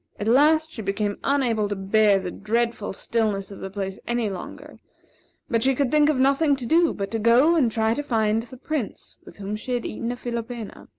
at last, she became unable to bear the dreadful stillness of the place any longer but she could think of nothing to do but to go and try to find the prince with whom she had eaten a philopena.